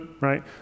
right